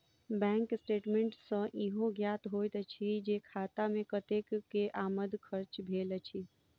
bank statement सॅ ईहो ज्ञात होइत अछि जे खाता मे कतेक के आमद खर्च भेल अछि